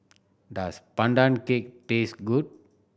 does Pandan Cake taste good